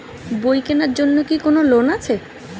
বই কেনার জন্য কি কোন লোন আছে?